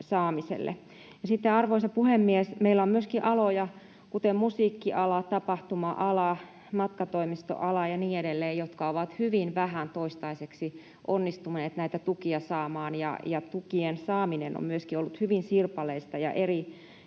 arvoisa puhemies, meillä on myöskin aloja, kuten musiikkiala, tapahtuma-ala, matkatoimistoala ja niin edelleen, jotka ovat hyvin vähän toistaiseksi onnistuneet näitä tukia saamaan, ja tukien saaminen on myöskin ollut hyvin sirpaleista